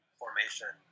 formation